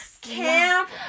Camp